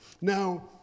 now